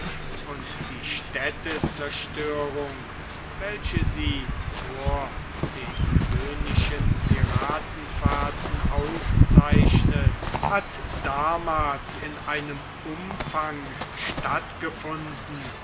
und die städtezerstörung welche sie vor den gewöhnlichen piratenfahrten auszeichnet hat damals in einem umfang stattgefunden